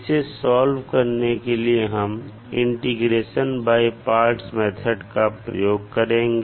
इसे सॉल्व करने के लिए हम इंटीग्रेशन बाय पार्ट्स मेथड का प्रयोग करेंगे